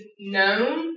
known